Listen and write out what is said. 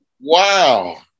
wow